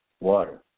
Water